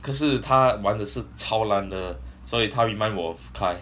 可是他玩的是超烂的所以他 remind 我 of kyle